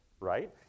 right